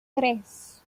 tres